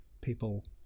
people